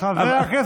חבר הכנסת אופיר כץ.